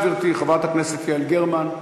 גברתי חברת הכנסת גרמן,